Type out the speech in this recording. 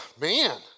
man